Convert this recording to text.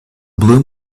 bloom